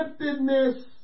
Giftedness